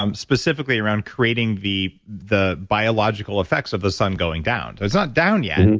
um specifically around creating the the biological effects of the sun going down. it's not down yet, and